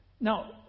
Now